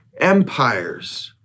empires